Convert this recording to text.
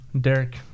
Derek